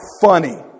funny